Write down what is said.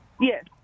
Yes